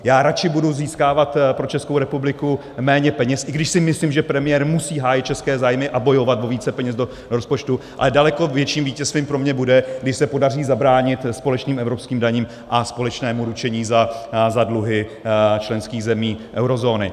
Já radši budu získávat pro Českou republiku méně peněz, i když si myslím, že premiér musí hájit české zájmy a bojovat o více peněz do rozpočtu, ale daleko větším vítězstvím pro mě bude, když se podaří zabránit společným evropským daním a společnému ručení za dluhy členských zemí eurozóny.